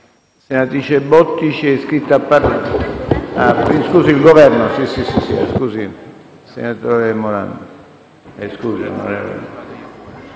Grazie